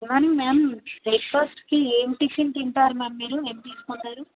ma'am ma'am బ్రేక్ఫాస్ట్కి ఏమి tiffin తింటారు మ్యామ్ మీరు ఏమి తీసుకుంటారు